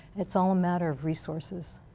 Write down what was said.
it's all matter of resources.